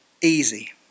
easy